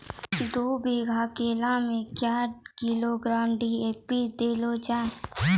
दू बीघा केला मैं क्या किलोग्राम डी.ए.पी देले जाय?